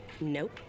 Nope